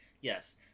yes